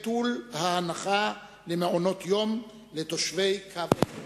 ביטול ההנחה למעונות-יום לתושבי קו העימות.